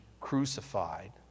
crucified